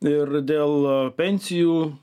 ir dėl pensijų